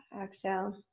Exhale